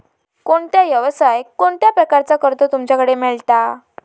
कोणत्या यवसाय कोणत्या प्रकारचा कर्ज तुमच्याकडे मेलता?